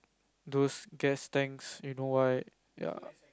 those gas tanks you know why ya